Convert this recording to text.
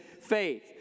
faith